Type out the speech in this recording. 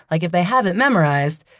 like if they have it memorized,